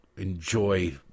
Enjoy